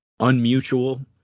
unmutual